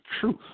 truth